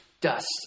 Dust